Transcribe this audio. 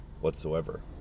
whatsoever